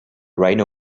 rhino